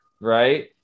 right